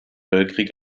weltkrieg